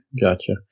Gotcha